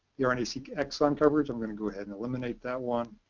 the rna-seq exon covers, i'm going to go ahead and eliminate that one,